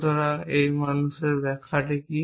সুতরাং এই মানুষ ব্যাখ্যা কি